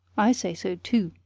i say so, too.